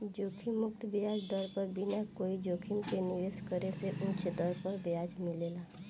जोखिम मुक्त ब्याज दर पर बिना कोई जोखिम के निवेश करे से उच दर पर ब्याज मिलेला